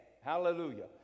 Hallelujah